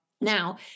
now